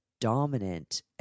dominant